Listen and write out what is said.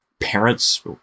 parents